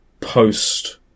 post